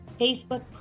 Facebook